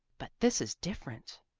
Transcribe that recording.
but this is different,